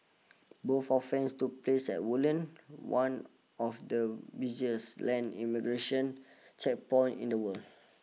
both offences took place at Woodlands one of the busiest land immigration checkpoints in the world